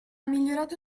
migliorato